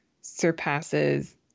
surpasses